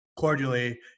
cordially